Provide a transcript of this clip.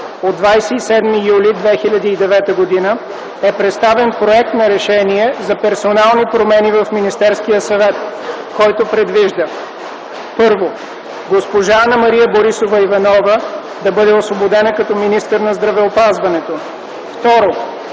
от 27 юли 2009 г. е представен проект на Решение за персонални промени в Министерския съвет, който предвижда: 1. Госпожа Анна-Мария Борисова Иванова да бъде освободена като министър на здравеопазването. 2.